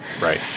Right